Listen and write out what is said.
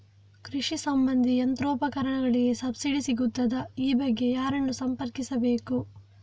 ಕೃಷಿ ಸಂಬಂಧಿ ಯಂತ್ರೋಪಕರಣಗಳಿಗೆ ಸಬ್ಸಿಡಿ ಸಿಗುತ್ತದಾ? ಈ ಬಗ್ಗೆ ಯಾರನ್ನು ಸಂಪರ್ಕಿಸಬೇಕು?